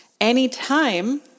Anytime